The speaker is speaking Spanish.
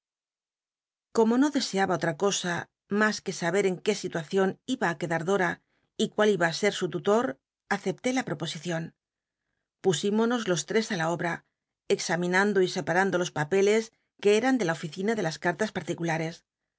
como no deseaba otra cosa mas que saber en qué situacion iba i quedar dora y cmil iba ü ser su tutor acepté la lli'oposicion pusímonos los tres á la obra examinando y separando los papeles que eran de la oficina de jas cartas particulares